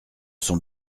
sont